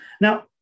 Now